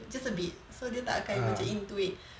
just a bit so dia tak akan macam into it